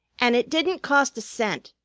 and it didn't cost a cent.